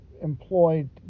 employed